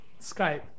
skype